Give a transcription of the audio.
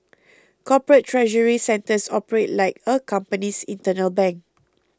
corporate treasury centres operate like a company's internal bank